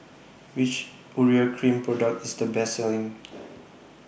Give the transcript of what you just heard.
Which Urea Cream Product IS The Best Selling